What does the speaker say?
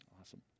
Awesome